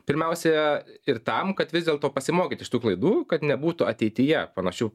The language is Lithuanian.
pirmiausia ir tam kad vis dėlto pasimokyt iš tų klaidų kad nebūtų ateityje panašių